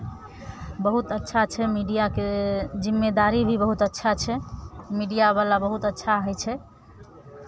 बहुत अच्छा छै मीडियाके जिम्मेदारी भी बहुत अच्छा छै मीडियावला बहुत अच्छा होइ छै